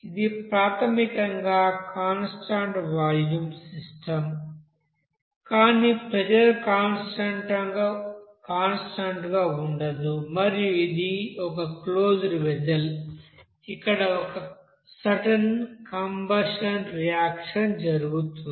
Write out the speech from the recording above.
ఇది ప్రాథమికంగా constant volume system కానీ ప్రెజర్ కాన్స్టాంట్ గా ఉండదు మరియు ఇది ఒక క్లోజ్డ్ వెస్సెల్ ఇక్కడ ఒక సర్టెన్ కంబషన్ రియాక్షన్ జరుగుతోంది